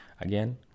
Again